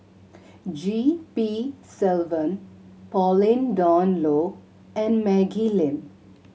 G P Selvam Pauline Dawn Loh and Maggie Lim